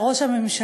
על ראש הממשלה.